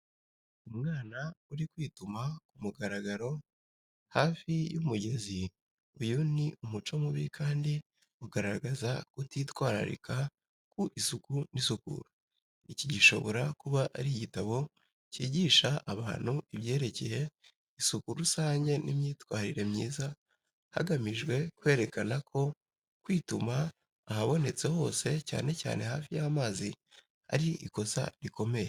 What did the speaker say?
Umwana uri kwituma ku mugaragaro hafi y'umugezi uyu ni umuco mubi kandi ugaragaza kutitwararika ku isuku n’isukura. Iki gishobora kuba ari igitabo cyigisha abana ibyerekeye isuku rusange n’imyitwarire myiza hagamijwe kwerekana ko kwituma ahabonetse hose, cyane cyane hafi y’amazi, ari ikosa rikomeye.